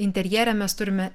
interjere mes turime